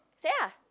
say ah